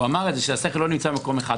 הוא אמר שהשכל לא נמצא במקום אחד.